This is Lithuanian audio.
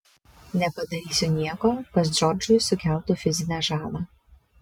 nepadarysiu nieko kas džordžui sukeltų fizinę žalą